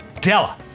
Della